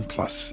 Plus